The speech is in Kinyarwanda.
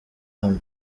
hamwe